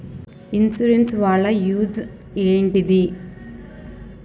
Insurance వాళ్ల use ఏంటిది?